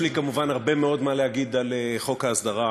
יש לי כמובן הרבה מאוד מה להגיד על חוק ההסדרה,